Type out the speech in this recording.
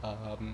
um